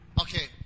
Okay